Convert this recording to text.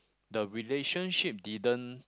the relationship didn't